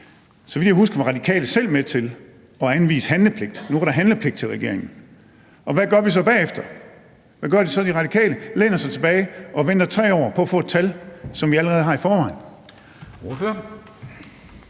Så vidt jeg husker, var Radikale selv med til at anvise handlepligt. Nu var der handlepligt til regeringen. Og hvad gør De Radikale så bagefter? De læner sig tilbage og venter 3 år på at få et tal, som vi allerede har i forvejen.